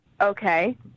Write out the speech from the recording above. Okay